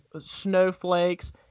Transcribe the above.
snowflakes